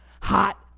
Hot